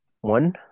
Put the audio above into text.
one